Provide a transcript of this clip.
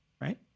right